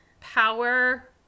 power